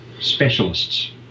specialists